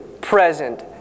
present